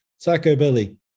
psychobilly